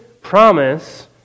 promise